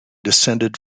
descended